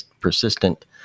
persistent